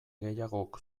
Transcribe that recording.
gehiagok